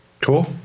Cool